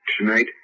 tonight